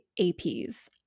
APs